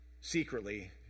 secretly